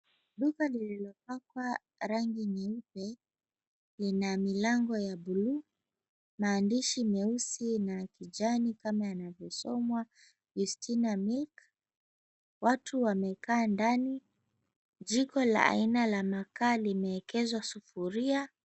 Duka lililopakwa rangi nyeupe lina milango ya buluu, maandishi meusi na kijani kama yanavyosomwa, Yustina Milk, watu wamekaa ndani, jiko la aina la makaa limeekezwa sufuria.